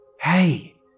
Hey